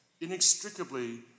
inextricably